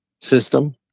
system